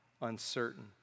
uncertain